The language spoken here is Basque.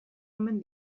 omen